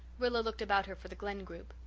rilla looked about her for the glen group.